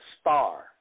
star